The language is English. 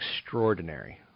extraordinary